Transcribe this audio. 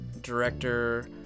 director